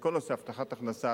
שכל נושא הבטחת הכנסה,